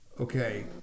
okay